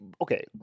okay